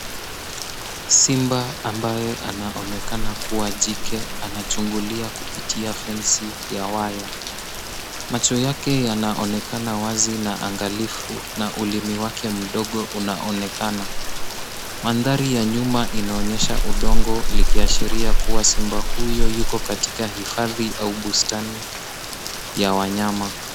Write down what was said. Simba ambaye anaonekana kuwa jike anachungulia kupitia fensi ya waya. Macho yake yanaonekana wazi na angalifu na ulimi wake mdogo unaonekana. Mandhari ya nyuma inaonyesha udongo likiashiria kuwa simba huyo yuko katika hifadhi au bustani ya wanyama.